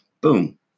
boom